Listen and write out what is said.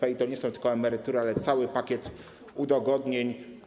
I to nie są tylko emerytury, ale cały pakiet udogodnień.